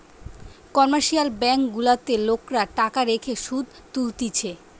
commercial bank গুলাতে লোকরা টাকা রেখে শুধ তুলতিছে